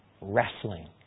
wrestling